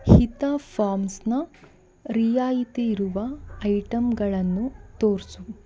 ಹಿತ ಫಾರ್ಮ್ಸ್ನ ರಿಯಾಯಿತಿ ಇರುವ ಐಟಂಗಳನ್ನು ತೋರಿಸು